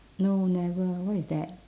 no never what is that